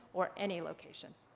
or any location.